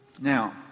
Now